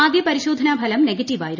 ആദ്യ പരിശോധനാഫലം നെഗറ്റീവായിരുന്നു